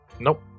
Nope